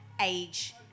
age